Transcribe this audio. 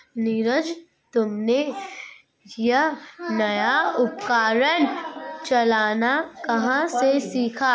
नीरज तुमने यह नया उपकरण चलाना कहां से सीखा?